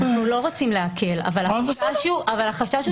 אנחנו לא רוצים להקל אבל החשש הוא